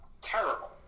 terrible